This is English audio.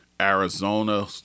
Arizona